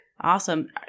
Awesome